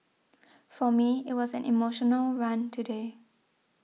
for me it was an emotional run today